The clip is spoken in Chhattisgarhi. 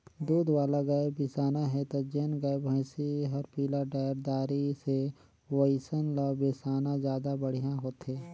दूद वाला गाय बिसाना हे त जेन गाय, भइसी हर पिला डायर दारी से ओइसन ल बेसाना जादा बड़िहा होथे